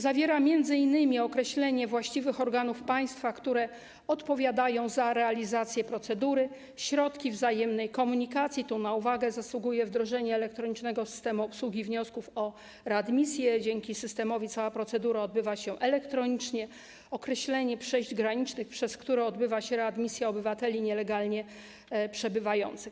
Zawiera m.in. określenie właściwych organów państwa, które odpowiadają za realizację procedury, środków wzajemnej komunikacji - tu na uwagę zasługuje wdrożenie elektronicznego systemu obsługi wniosków o readmisję; dzięki systemowi cała procedura odbywa się elektronicznie - przejść granicznych, przez które odbywa się readmisja obywateli nielegalnie przebywających.